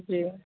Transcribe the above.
जी